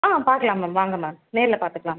ஆ பார்க்கலாம் மேம் வாங்க மேம் நேரில் பார்த்துக்கலாம் மேம்